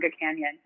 Canyon